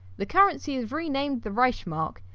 the currency is renamed the reichsmark,